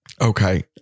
Okay